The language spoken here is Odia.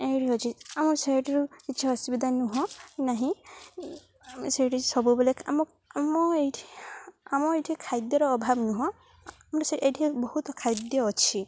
ଏଇଠି ଅଛି ଆମ ସେଇଠାରୁ କିଛି ଅସୁବିଧା ନୁହଁ ନାହିଁ ଆମେ ସେଇଠି ସବୁବେଳେ ଆମ ଆମ ଏଇଠି ଆମ ଏଇଠି ଖାଦ୍ୟର ଅଭାବ ନୁହଁ ଆମର ଏଠି ବହୁତ ଖାଦ୍ୟ ଅଛି